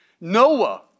Noah